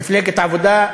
מפלגת העבודה,